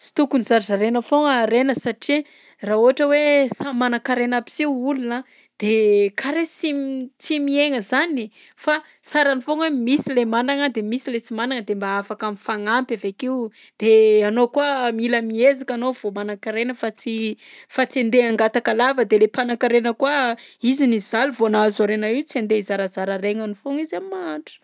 Sy tokony zarazaraina foagna harena satria raha ohatra hoe samy manan-karena aby si olona de karaha sy m- tsy miaigna zany fa sarany foagna hoe misy le managna de misy le tsy managna de mba afaka mifagnampy avy akeo, de anao koa mila mihezaka anao vao manan-karena fa tsy fa tsy andeha hangataka lava, de le mpagnankarena koa izy nizaly vao nahazo harena io tsy andeha hizarazara haregnany foagna izy am'mahantra.